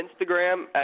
Instagram